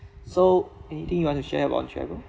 so anything you want to share about on travel